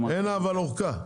אין ארכה.